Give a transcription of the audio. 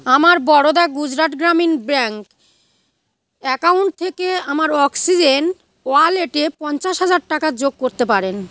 আমার Baroda Gujarat Gramin bank account থেকে আমার অক্সিজেন ওয়ালেটে পঞ্চাশ হাজার টাকা যোগ করতে পারেন